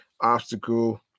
obstacle